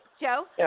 Joe